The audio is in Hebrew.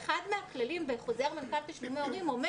אחד הכללים בחוזר מנכ"ל תשלומי הורים אומר